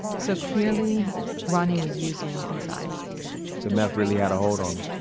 so clearly ronnie was using inside the meth really had a hold on him